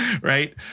right